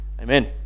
amen